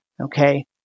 okay